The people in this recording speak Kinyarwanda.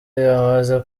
yamaze